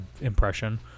impression